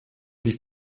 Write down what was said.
die